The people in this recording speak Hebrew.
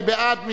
מי בעד?